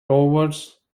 towards